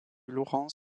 laurens